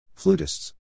Flutists